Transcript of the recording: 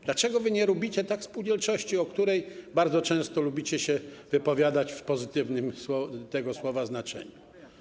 Dlaczego wy tak nie lubicie spółdzielczości, o której bardzo często lubicie się wypowiadać w pozytywnym tego słowa znaczeniu?